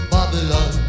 Babylon